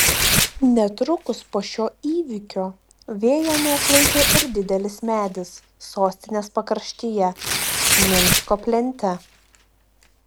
netrukus po šio įvykio vėjo neatlaikė ir didelis medis sostinės pakraštyje minsko plente